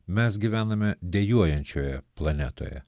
mes gyvename dejuojančioje planetoje